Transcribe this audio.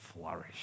flourish